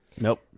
nope